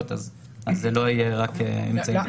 אז זה לא יהיה רק אמצעים דיגיטליים.